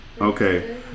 Okay